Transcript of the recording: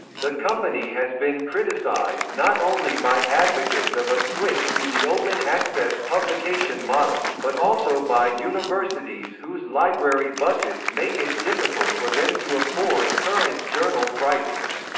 the company has been criticized not only by advocates of a switch to the open-access publication model, but also by universities whose library budgets make it difficult for them to afford current journal prices.